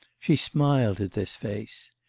she smiled at this face.